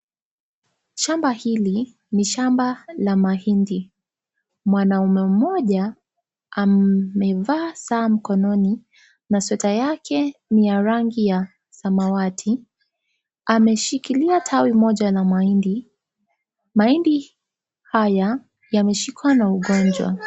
Shamba hili ni shamba la mahindi. Mwanaume mmoja amevaa saa mkononi na sweta yake ni ya rangi ya samawati. Ameshikilia tawi moja la mahindi. Mahindi haya yameshikwa na ugonjwa.